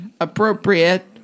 appropriate